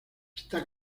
está